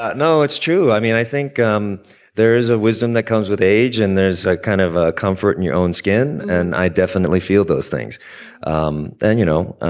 ah it's true. i mean, i think um there is a wisdom that comes with age and there's a kind of ah comfort in your own skin. and i definitely feel those things um then, you know,